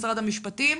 משרד המשפטים.